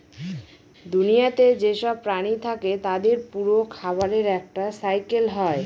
দুনিয়াতে যেসব প্রাণী থাকে তাদের পুরো খাবারের একটা সাইকেল হয়